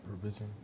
provision